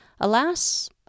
alas